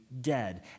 dead